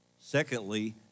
Secondly